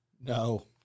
No